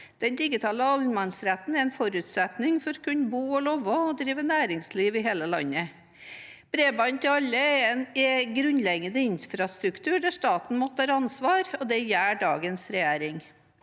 Den digitale allemannsretten er en forutsetning for å kunne bo og leve og drive næringsliv i hele landet. Bredbånd til alle er en grunnleggende infrastruktur der staten må ta ansvar, og det gjør dagens regjering.